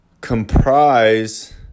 comprise